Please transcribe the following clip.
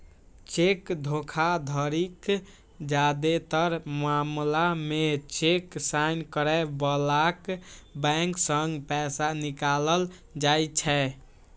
cheque धोखाधड़ीक जादेतर मामला मे चेक साइन करै बलाक बैंक सं पैसा निकालल जाइ छै